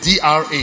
DRA